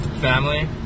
family